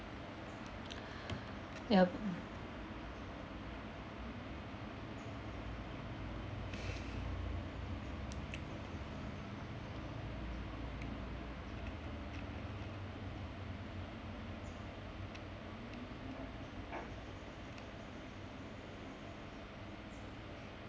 yup